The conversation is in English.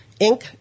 Inc